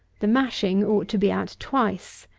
the mashing ought to be at twice.